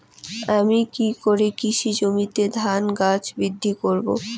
আমি কী করে কৃষি জমিতে ধান গাছ বৃদ্ধি করব?